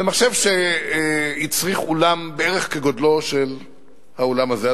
זה מחשב שהצריך אולם בערך כגודלו של האולם הזה,